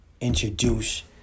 introduce